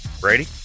Brady